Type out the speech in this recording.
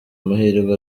amahirwe